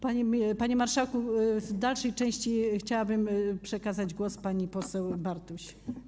Panie marszałku, w dalszej części chciałabym przekazać głos pani poseł Bartuś.